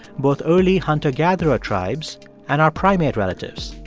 both early hunter-gatherer tribes and our primate relatives.